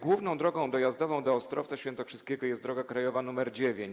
Główną drogą dojazdową do Ostrowca Świętokrzyskiego jest droga krajowa nr 9.